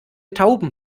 tauben